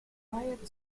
required